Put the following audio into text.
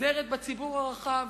נעזרת בציבור הרחב,